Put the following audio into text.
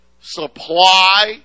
supply